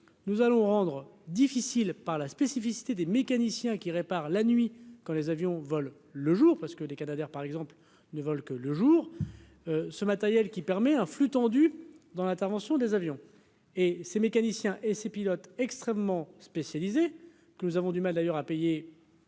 nous allons rendre difficile par la spécificité des mécaniciens qui réparent la nuit quand les avions volent le jour parce que les Canadair par exemple ne volent que le jour ce matériel qui permet à flux tendu dans l'intervention des avions. Et ce mécanicien et ses pilotes extrêmement spécialisés que nous avons du mal d'ailleurs à payer